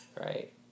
right